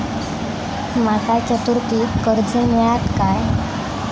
माका चतुर्थीक कर्ज मेळात काय?